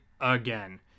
again